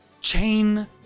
chain